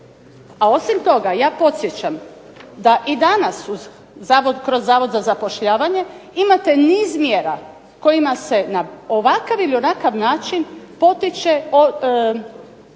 A osim toga, ja podsjećam da i danas kroz Zavod za zapošljavanje imate niz mjera kojima se na ovakav ili onakav način potiče